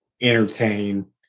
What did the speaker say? entertain